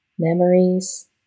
Memories